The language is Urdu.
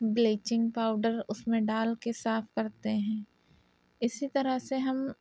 بلیچنگ پاؤڈر اس میں ڈال كے صاف کرتے ہیں اسی طرح سے ہم